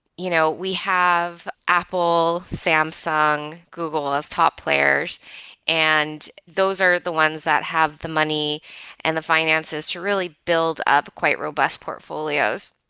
you know we have apple, samsung, google as top players and those are the ones that have the money and the finances to really build up quite robust portfolios.